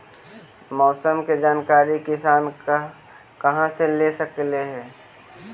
मौसम के जानकारी किसान कहा से ले सकै है?